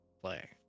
play